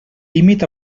límit